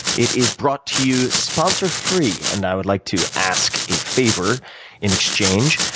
it is brought to you sponsor free, and i would like to ask a favor in exchange.